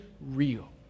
real